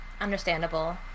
Understandable